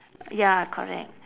ya correct